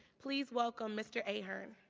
please welcome mr. a'hern.